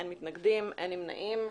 אין מתנגדים, אין נמנעים.